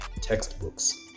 textbooks